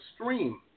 stream